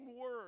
word